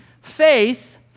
faith